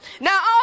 Now